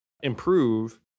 improve